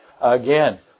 Again